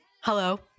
Hello